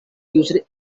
used